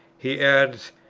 he adds,